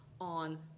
on